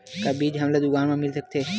का बीज हमला दुकान म मिल सकत हे?